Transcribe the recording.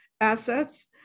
assets